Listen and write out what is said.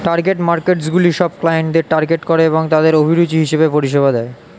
target মার্কেটসগুলি সব ক্লায়েন্টদের টার্গেট করে এবং তাদের অভিরুচি হিসেবে পরিষেবা দেয়